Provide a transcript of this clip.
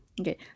Okay